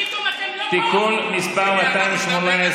פתאום אתם לא פה?